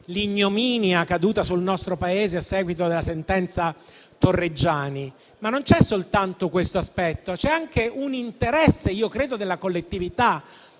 l'ignominia caduta sul nostro Paese a seguito della sentenza Torreggiani); non c'è soltanto questo aspetto, ma c'è anche un interesse - credo - della collettività.